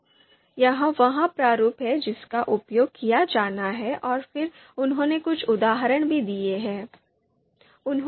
तो यह वह प्रारूप है जिसका उपयोग किया जाना है और फिर उन्होंने कुछ उदाहरण भी दिए हैं